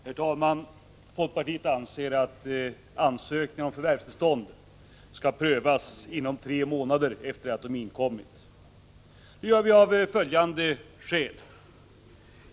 Herr talman! Folkpartiet anser att ansökningar om förvärvstillstånd skall prövas inom tre månader efter att de har inkommit, och det gör vi av följande skäl.